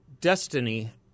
destiny